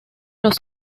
los